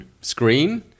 screen